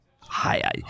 hi